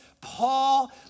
Paul